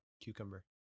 cucumber